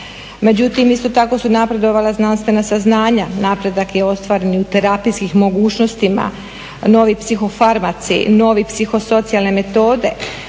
Međutim, isto tako su napredovala znanstvena saznanja, napredak je ostvaren i u terapijskim mogućnostima, novi psihofarmaci, nove psihosocijalne metode.